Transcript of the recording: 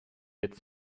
jetzt